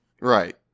Right